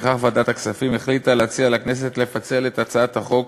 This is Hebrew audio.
ולפיכך החליטה ועדת הכספים להציע לכנסת לפצל את הצעת החוק